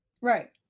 Right